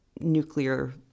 nuclear